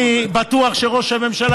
אני בטוח שראש הממשלה,